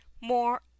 More